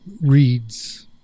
reads